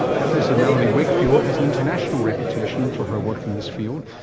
professor melanie wakefield has an international reputation for her work in this field.